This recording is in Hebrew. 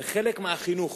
זה חלק מהחינוך